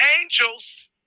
angels